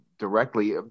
directly